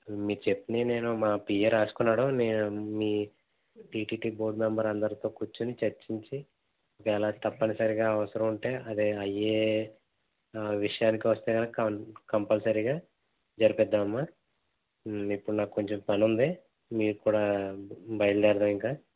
మీరు చెప్పినవి నేను మా పిఏ వ్రాసుకున్నాడు నేను మీ టిటిడి బోర్డు మెంబర్ అందరితో కూర్చుని చర్చించి ఒకవేళ తప్పనిసరిగా అవసరం ఉంటే అదే అయ్యే విషయానికి వస్తే కనుక కంపల్సరీగా జరిపిద్దాము అమ్మా ఇప్పుడు నాకు కొంచెం పని ఉంది మీరు కూడా బయలుదేరదా ఇంకా